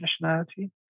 nationality